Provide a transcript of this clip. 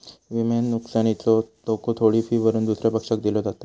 विम्यात नुकसानीचो धोको थोडी फी भरून दुसऱ्या पक्षाक दिलो जाता